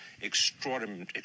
extraordinary